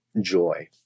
Joy